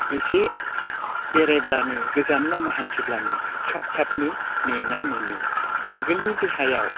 एसे बेरायब्लानो गोजान लामा हान्थिब्लानो थाब थाबनो मेंनाय मोनो आगोलनि देहायाव